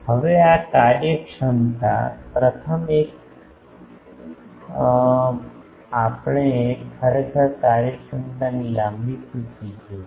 હવે આ કાર્યક્ષમતા પ્રથમ એક આપણે ખરેખર કાર્યક્ષમતાની લાંબી સૂચિ જોશું